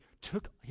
took